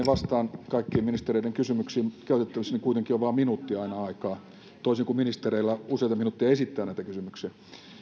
vastaan kaikkiin ministereiden kysymyksiin mutta käytettävissäni kuitenkin on vain minuutti aina aikaa toisin kuin ministereillä on useita minuutteja esittää näitä kysymyksiä